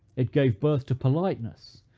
it gave birth to politeness,